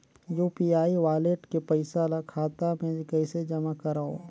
UPI wallet के पईसा ल खाता मे कइसे जमा करव?